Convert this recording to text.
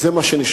זה מה שנשאר.